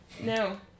No